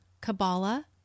Kabbalah